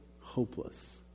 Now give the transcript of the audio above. hopeless